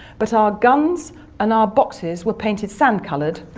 but our guns and our boxes were painted sand-coloured,